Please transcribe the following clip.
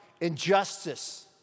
injustice